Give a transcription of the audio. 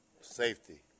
Safety